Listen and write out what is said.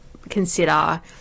consider